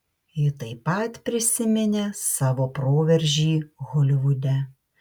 ji taip pat prisiminė savo proveržį holivude